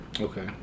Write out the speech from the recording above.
Okay